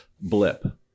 blip